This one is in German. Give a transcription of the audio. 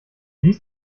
liest